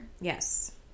yes